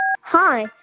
Hi